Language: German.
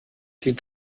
die